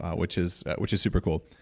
which is which is super cool.